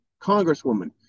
congresswoman